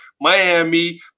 miami